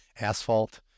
asphalt